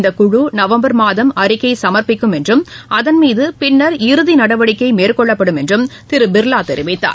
இந்தக் குழு நவம்பர் மாதம் அறிக்கை சமர்ப்பிக்கும் என்றும் அதன் மீது பின்னர் இறுதி நடவடிக்கை மேற்கொள்ளப்படும் என்றும் திரு பிர்லா தெரிவித்தார்